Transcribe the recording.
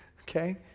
okay